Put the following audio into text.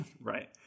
Right